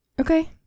Okay